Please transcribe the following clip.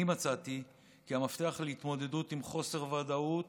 אני מצאתי כי המפתח להתמודדות עם חוסר ודאות